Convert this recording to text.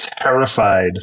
terrified